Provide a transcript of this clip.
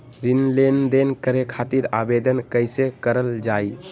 ऋण लेनदेन करे खातीर आवेदन कइसे करल जाई?